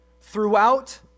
throughout